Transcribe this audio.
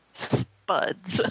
Spuds